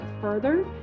further